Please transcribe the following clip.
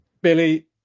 Billy